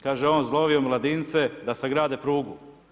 Kaže on zovi omladince da sagrade prugu.